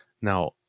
Now